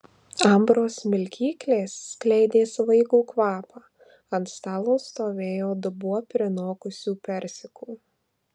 ambros smilkyklės skleidė svaigų kvapą ant stalo stovėjo dubuo prinokusių persikų